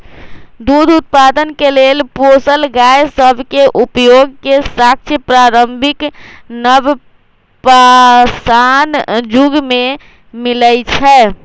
दूध उत्पादन के लेल पोसल गाय सभ के उपयोग के साक्ष्य प्रारंभिक नवपाषाण जुग में मिलइ छै